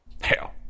Hell